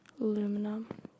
aluminum